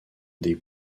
des